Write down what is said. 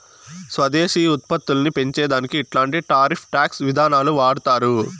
స్వదేశీ ఉత్పత్తులని పెంచే దానికి ఇట్లాంటి టారిఫ్ టాక్స్ విధానాలు వాడతారు